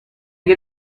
get